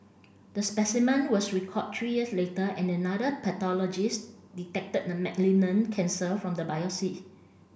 the specimen was recalled three years later and another pathologist detected the malignant cancer from the biopsy